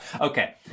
Okay